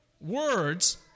words